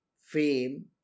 fame